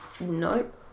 Nope